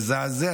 מזעזע,